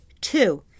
Two